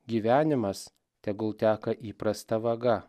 gyvenimas tegul teka įprasta vaga